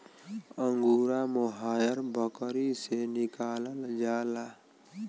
angora mohair बकरी से निकालल जाला